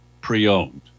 pre-owned